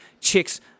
chicks